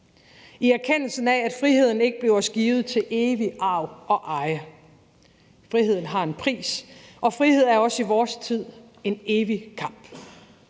i erkendelsen af at friheden ikke bliver os givet til evig arv og eje. Friheden har en pris, og frihed er også i vores tid en evig kamp.